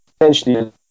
essentially